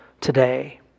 today